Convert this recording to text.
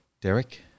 Derek